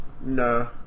No